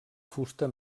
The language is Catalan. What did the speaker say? fusta